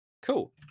cool